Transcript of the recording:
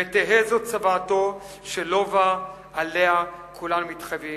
ותהא זו צוואתו של לובה, שעליה כולנו מתחייבים.